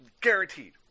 Guaranteed